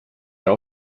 ära